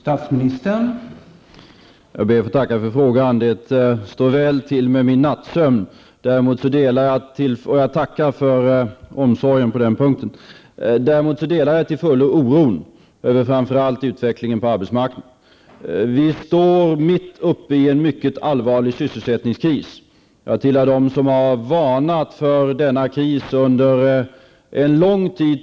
Herr talman! Jag ber att få tacka för frågan. Det står väl till med min nattsömn, och jag tackar för omsorgen på den punkten. Däremot delar jag till fullo oron över framför allt utvecklingen på arbetsmarknaden. Vi står mitt uppe i en mycket allvarlig sysselsättningskris. Jag tillhör dem som under lång tid har varnat för denna kris.